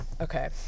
Okay